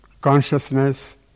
consciousness